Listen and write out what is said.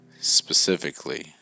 specifically